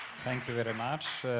thank you very much.